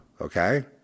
okay